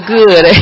good